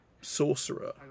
*Sorcerer*